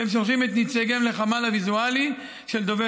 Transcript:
והם שולחים את נציגיהם לחמ"ל הוויזואלי של דובר